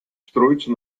строится